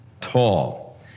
tall